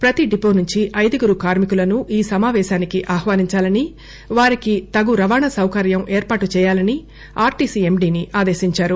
ప్రతీ డిపో నుంచి ఐదుగురు కార్మికులను ఈ సమాపేశానికి ఆహ్సానించాలని వారికి తగు రవాణా సౌకర్యం ఏర్పాటు చేయాలని ఆర్టీసీ ఎండిని సిఎం ఆదేశించారు